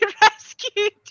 rescued